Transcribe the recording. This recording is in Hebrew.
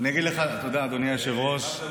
אדוני היושב-ראש,